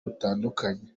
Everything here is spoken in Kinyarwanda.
butandukanye